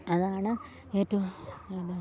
അതാണ് ഏറ്റവും നല്ല